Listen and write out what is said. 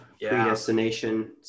predestination